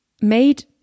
made